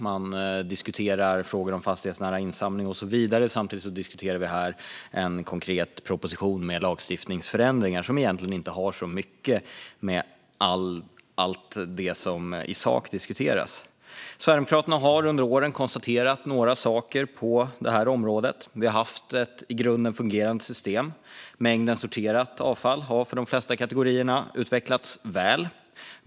Vi diskuterar frågor om fastighetsnära insamling och så vidare, och samtidigt diskuterar vi en konkret proposition med lagstiftningsändringar som egentligen inte har så mycket att göra med allt som diskuteras i sak. Sverigedemokraterna har under åren konstaterat några saker på det här området. Vi har haft ett i grunden fungerande system. Mängden sorterat avfall har för de flesta kategorier utvecklats väl.